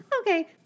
Okay